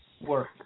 work